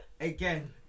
Again